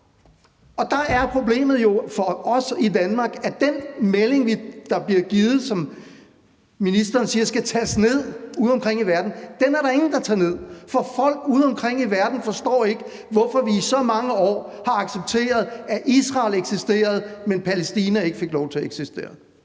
Der er problemet jo for os i Danmark, at den melding, der bliver givet, og som, som ministeren siger, skal tages ned udeomkring i verden, er der ingen, der tager ned, for folk udeomkring i verden forstår ikke, hvorfor vi i så mange år har accepteret, at Israel eksisterede, men Palæstina ikke fik lov til at eksistere.